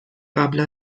قبل